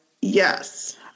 Yes